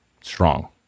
strong